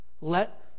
Let